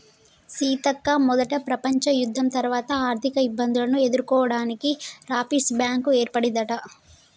సీతక్క మొదట ప్రపంచ యుద్ధం తర్వాత ఆర్థిక ఇబ్బందులను ఎదుర్కోవడానికి రాపిర్స్ బ్యాంకు ఏర్పడిందట